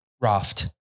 raft